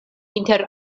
inter